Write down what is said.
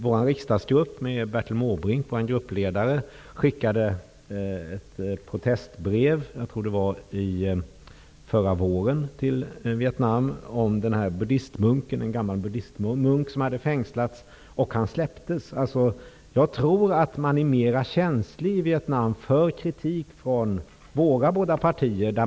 Vår riksdagsgrupp skickade genom Bertil Måbrink och den andra gruppledaren förra våren ett protestbrev till Vietnam om en gammal buddhistmunk som hade fängslats, och denne släpptes. Jag tror att man i Vietnam är mera känslig för kritik från våra båda partier.